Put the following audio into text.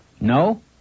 No